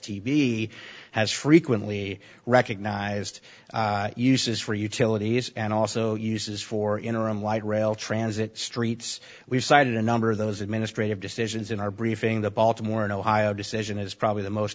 b has frequently recognized uses for utilities and also uses for interim light rail transit streets we've cited a number of those administrative decisions in our briefing the baltimore and ohio decision is probably the most